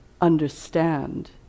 understand